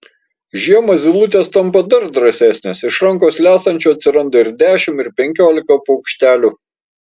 žiemą zylutės tampa dar drąsesnės iš rankos lesančių atsiranda ir dešimt ir penkiolika paukštelių